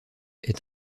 est